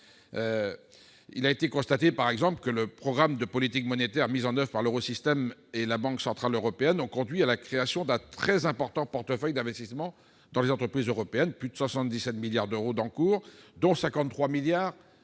Il a été constaté, par exemple, que le programme de politique monétaire mis en oeuvre par l'Eurosystème et la Banque centrale européenne, la BCE, ont conduit à la création d'un très important portefeuille d'investissement dans les entreprises européennes : plus de 77 milliards d'euros d'encours, dont 53 milliards